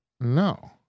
No